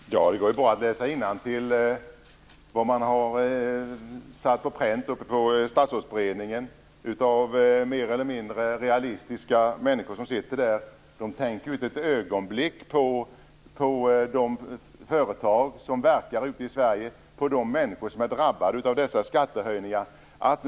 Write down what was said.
Herr talman! Det går bra att läsa innantill vad mer eller mindre realistiska människor i Statsrådsberedningen har satt på pränt. De tänker inte ett ögonblick på de företag som verkar i Sverige eller på de människor som drabbas av dessa skattehöjningar.